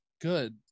good